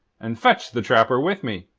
and fetched the trapper with me.